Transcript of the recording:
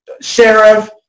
sheriff